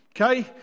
okay